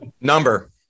Number